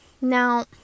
Now